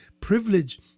privilege